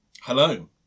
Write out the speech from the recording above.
Hello